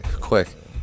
quick